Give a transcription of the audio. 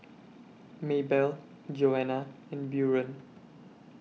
Maybelle Joanna and Buren